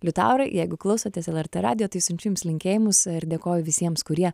liutaurai jeigu klausotės lrt radijo tai siunčiu jums linkėjimus ir dėkoju visiems kurie